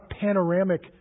panoramic